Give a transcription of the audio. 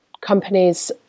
companies